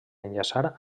enllaçar